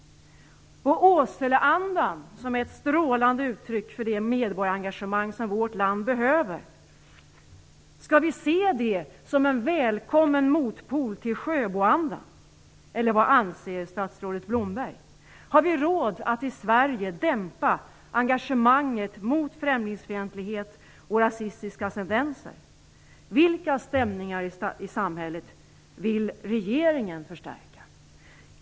Åseleandan är ett strålande uttryck för det medborgarengagemang som vårt land behöver. Skall vi se denna anda som en välkommen motpol till Sjöboandan? Vad anser statsrådet Blomberg? Har vi råd att i Sverige dämpa engagemanget mot främlingsfientlighet och rasistiska tendenser? Vilka stämningar i samhället vill regeringen förstärka?